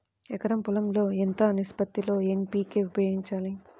ఎకరం పొలం లో ఎంత నిష్పత్తి లో ఎన్.పీ.కే ఉపయోగించాలి?